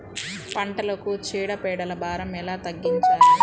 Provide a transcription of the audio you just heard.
పంటలకు చీడ పీడల భారం ఎలా తగ్గించాలి?